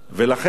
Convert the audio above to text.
ולכן,